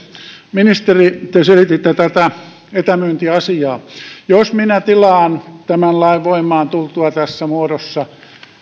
ministeri te selititte tätä etämyyntiasiaa jos minä tilaan tämän lain tultua voimaan tässä muodossa